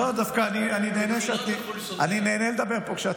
דווקא אני נהנה לדבר פה כשאת